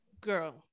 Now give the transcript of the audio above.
girl